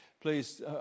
please